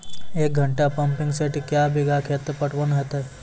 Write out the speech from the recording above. एक घंटा pumping set क्या बीघा खेत पटवन है तो?